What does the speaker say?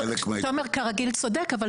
תומר כרגיל צודק, אבל